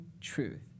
Truth